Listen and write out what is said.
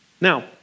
Now